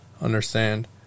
understand